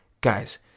guys